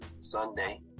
Sunday